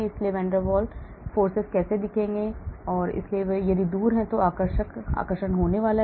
इसलिए van der Waal कैसे दिखेंगे इसलिए यदि वे दूर हैं तो आकर्षण होने वाला है